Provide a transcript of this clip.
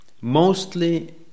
mostly